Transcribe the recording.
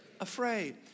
Afraid